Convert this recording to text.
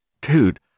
Dude